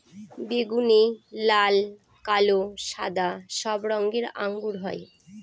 বেগুনি, লাল, কালো, সাদা সব রঙের আঙ্গুর হয়